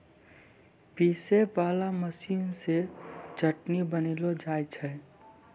पीसै वाला मशीन से चटनी बनैलो जाय छै